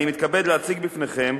אני מתכבד להציג בפניכם